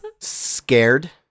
scared